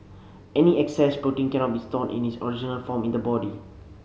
any excess protein cannot be stored in its original form in the body